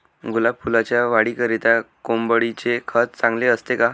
गुलाब फुलाच्या वाढीकरिता कोंबडीचे खत चांगले असते का?